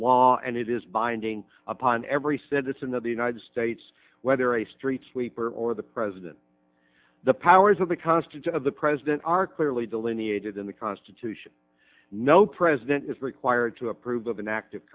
law and it is binding upon every citizen that the united states whether a street sweeper or the president the powers of the construct of the president are clearly delineated in the constitution no president is required to approve of an act of